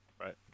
Right